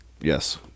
Yes